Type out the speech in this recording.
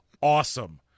Awesome